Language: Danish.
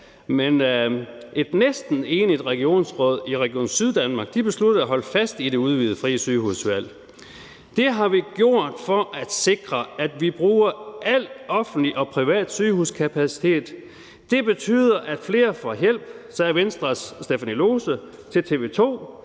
men et næsten enigt regionsråd i Region Syddanmark besluttede at holde fast i det udvidede frie sygehusvalg. »Det har vi gjort for at sikre, at vi bruger alt offentlig og privat sygehuskapacitet. Det betyder, at flere får hjælp«, sagde Venstres Stephanie Lohse til TV 2,